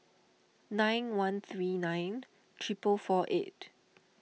nine one three nine triple four eight